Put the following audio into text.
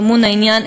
טמון העניין,